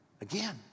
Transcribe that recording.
again